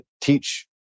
teach